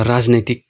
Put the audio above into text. राजनीतिक